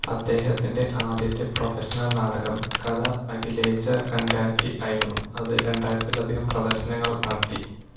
അദ്ദേഹത്തിൻ്റെ ആദ്യത്തെ പ്രൊഫഷണൽ നാടകം കഥ അകലേച്ച കണ്ട്യാച്ചി ആയിരുന്നു അത് രണ്ടായിരത്തിലധികം പ്രദർശനങ്ങൾ നടത്തി